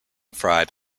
fried